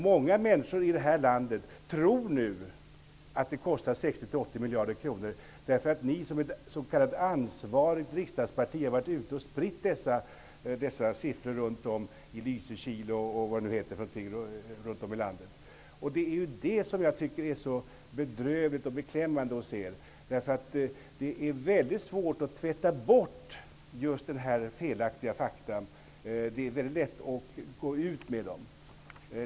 Många människor i det här landet tror nämligen nu att invandringen kostar 60--80 miljarder kronor, eftersom ni som ett s.k. ansvarigt riksdagsparti har varit ute och spritt dessa siffror i Lysekil och på andra platser runt om i landet. Det är det som jag tycker är så bedrövligt och beklämmande att se. Det är nämligen väldigt svårt att tvätta bort just sådana felaktiga uppgifter, medan det är väldigt lätt att gå ut med dem.